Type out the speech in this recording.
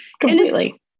Completely